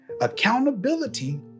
Accountability